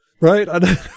Right